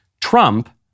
Trump